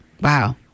wow